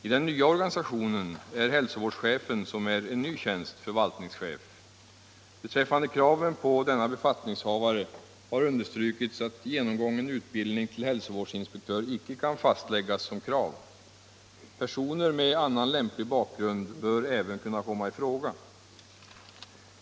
I den nya organisationen är hälsovårdschefen — som är en ny tjänst — förvaltningschef. Beträffande kraven på denna befattningshavare har understrukits att genomgången utbildning till hälsovårdsinspektör inte kan fastläggas som krav. Personer med annan lämplig bakgrund bör även kunna komma i fråga.